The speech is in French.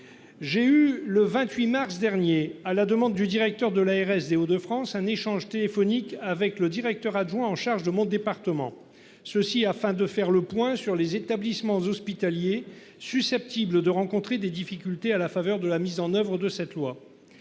J'ai eu le 28 mars dernier à la demande du directeur de l'ARS des Hauts-de-France un échange téléphonique avec le directeur adjoint en charge de mon département, ceci afin de faire le point sur les établissements hospitaliers susceptibles de rencontrer des difficultés à la faveur de la mise en oeuvre de cette loi.